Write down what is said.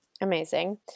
Amazing